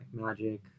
magic